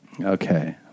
Okay